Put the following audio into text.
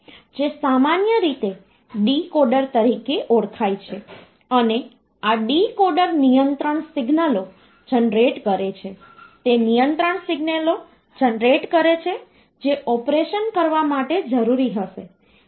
તે મૂલ્ય સંગ્રહિત કરવાનું હોય છે તે અર્થમાં કેટલીક સંખ્યા સંગ્રહિત કરવાની હોય છે અથવા જો આપણે કોઈ વ્યક્તિના નામનું રીપ્રેસનટેશન કરતી કોઈ નામની સ્ટ્રિંગ સંગ્રહિત કરી રહ્યા હોઈએ તો તે પણ કમ્પ્યુટરની અંદર અમુક સંખ્યાઓના સ્વરૂપમાં સંગ્રહિત થાય છે